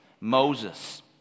Moses